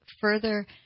further